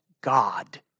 God